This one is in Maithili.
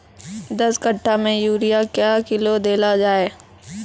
दस कट्ठा मे यूरिया क्या किलो देलो जाय?